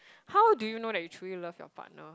how do you know that you truly love your partner